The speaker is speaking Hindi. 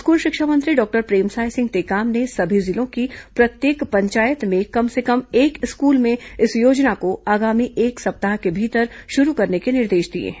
स्कूल शिक्षा मंत्री डॉक्टर प्रेमसाय सिंह टेकाम ने सभी जिलों की प्रत्येक पंचायत में कम से कम एक स्कूल में इस योजना को आगामी एक सप्ताह के भीतर शुरू करने के निर्देश दिए हैं